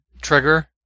trigger